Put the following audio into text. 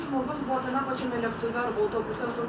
žmogus buvo tame pačiame lėktuve arba autobuse su